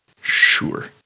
Sure